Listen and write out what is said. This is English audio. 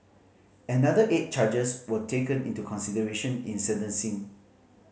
another eight charges were taken into consideration in sentencing